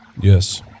Yes